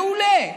מעולה.